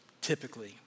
typically